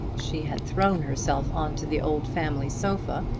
she had thrown herself on to the old family sofa,